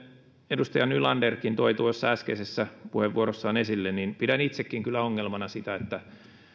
edustaja nylanderkin toi äskeisessä puheenvuorossaan esille niin pidän itsekin kyllä ongelmana sitä että